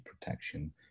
protection